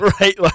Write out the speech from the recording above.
Right